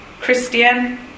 Christian